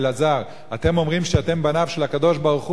אלעזר: אתם אומרים שאתם בניו של הקדוש-ברוך-הוא,